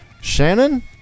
Shannon